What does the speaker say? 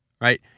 right